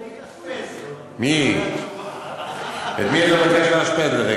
אדוני השר, אני הולך להתאשפז.